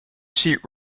seat